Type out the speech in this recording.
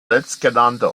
letztgenannte